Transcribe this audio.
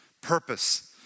purpose